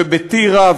ובטירה,